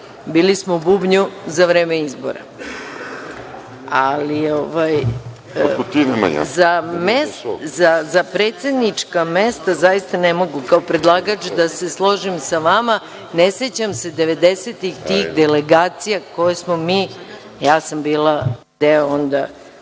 Bili smo u bubnju za vreme izbora. Za predsednička mesta zaista ne mogu, kao predlagač, da se složim sa vama. Ne sećam se devedesetih, tih delegacija koje smo mi, ja sam bila deo onda